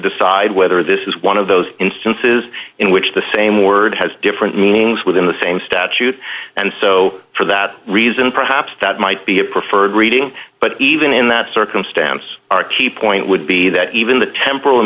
whether this is one of those instances in which the same word has different meanings within the same statute and so for that reason perhaps that might be a preferred reading but even in that circumstance our key point would be that even the tempora